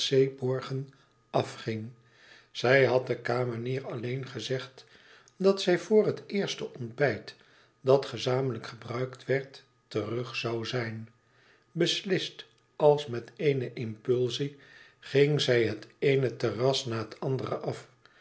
altseeborgen afging zij had de kamenier alleen gezegd dat zij vor het eerste ontbijt dat gezamenlijk gebruikt werd terug zoû zijn beslist als met eene impulsie ging zij het eene terras na het andere af